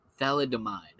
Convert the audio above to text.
Thalidomide